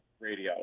radio